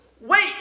Wait